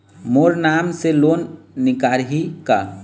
मोर नाम से लोन निकारिही का?